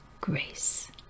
grace